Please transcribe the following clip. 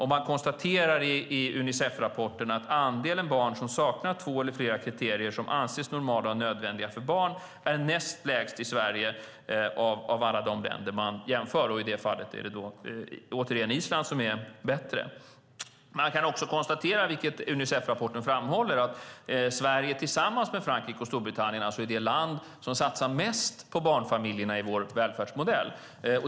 Man konstaterar i Unicefrapporten att andelen barn som saknar två eller fler av de kriterier som anses normala och nödvändiga för barn är näst lägst i Sverige av alla de länder man jämför med. I det fallet är det återigen Island som är bättre. Man kan också konstatera, vilket Unicefrapporten framhåller, att Sverige, tillsammans med Frankrike och Storbritannien, är det land som satsar mest på barnfamiljerna i vår välfärdsmodell.